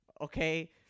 Okay